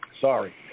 Sorry